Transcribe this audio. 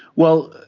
well,